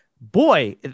Boy